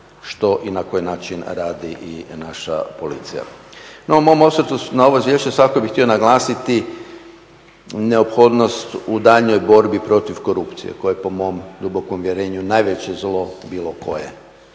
što i na koji način radi i naša policija. No, u mom osvrtu na ovo izvješće svakako bih htio naglasiti neophodnost u daljnjoj borbi protiv korupcije koja je po mom dubokom uvjerenju najveće zlo bilo koje